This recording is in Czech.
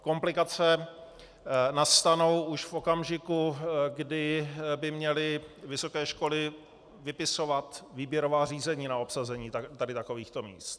Komplikace nastanou už v okamžiku, kdy by měly vysoké školy vypisovat výběrová řízení na obsazení takovýchto míst.